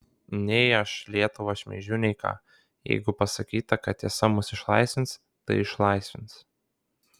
nei aš lietuvą šmeižiu nei ką jeigu pasakyta kad tiesa mus išlaisvins tai išlaisvins